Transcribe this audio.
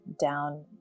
down